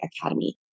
Academy